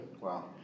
Wow